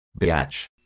Bitch